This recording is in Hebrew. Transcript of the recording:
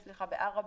בעראבה,